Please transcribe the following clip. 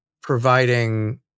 providing